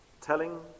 telling